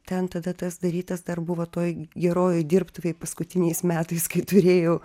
ten tada tas darytas dar buvo toj geroj dirbtuvėj paskutiniais metais kai turėjau